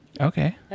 Okay